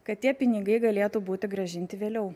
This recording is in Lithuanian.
kad tie pinigai galėtų būti grąžinti vėliau